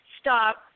stop